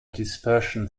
dispersion